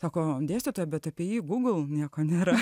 sako dėstytoja bet apie jį google nieko nieko nėra